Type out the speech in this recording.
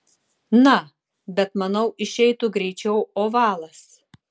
na bet manau išeitų greičiau ovalas